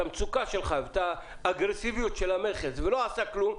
את המצוקה שלך ואת האגרסיביות של המכס ולא עשה כלום?